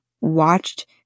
watched